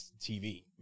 TV